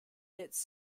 its